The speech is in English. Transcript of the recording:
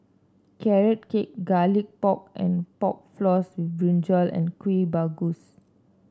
Carrot Cake Garlic Pork and Pork Floss Brinjal and Kueh Bugis